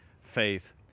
faith